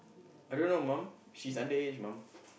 I don't know mum she's underage mum